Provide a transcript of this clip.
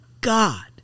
God